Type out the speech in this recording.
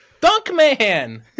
Dunkman